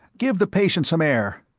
give the patient some air.